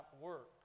work